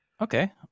Okay